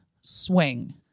swing